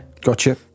gotcha